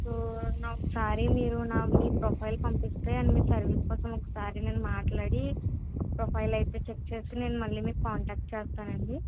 so ఒకసారి మీరు నాకు మీ ప్రొఫైల్ పంపిస్తే మీ సర్వీస్ కోసం నేను ఒకసారి మాట్లాడి ప్రొఫైల్ అయితే చెక్ చేసి నేను మళ్ళీ మీకు కాంటాక్ట్ చేస్తాను అండి